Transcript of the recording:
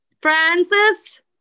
Francis